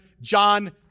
John